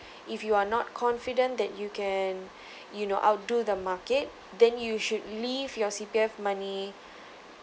if you're not confident that you can you know outdo the market then you should leave your C_P_F money